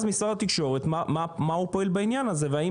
אז מה עושה משרד התקשורת בעניין הזה והאם